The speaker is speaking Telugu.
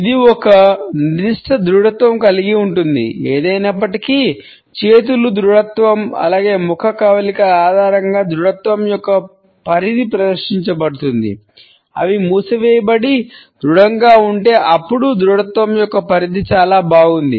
ఇది ఒక నిర్దిష్ట దృడత్వం కలిగి ఉంటుంది ఏది ఏమయినప్పటికీ చేతుల దృడత్వం అలాగే ముఖ కవళికల ఆధారంగా దృడత్వం యొక్క పరిధి ప్రదర్శించబడుతుంది అవి మూసివేయబడి దృడంగా ఉంటే అప్పుడు దృడత్వం యొక్క పరిధి చాలా బాగుంది